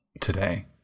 today